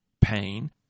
pain